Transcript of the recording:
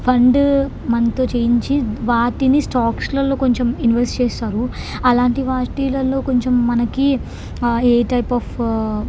fund మనతో చేయించి వాటిని స్టాక్స్లల్లో కొంచెం ఇన్వెస్ట్ చేస్తారు అలాంటి వాటిలల్లో కొంచెం మనకి ఏ టైప్ ఆఫ్